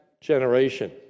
generation